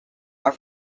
are